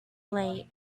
late